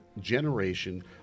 generation